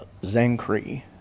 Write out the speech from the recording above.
Zenkri